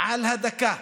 על הדקה,